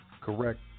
correct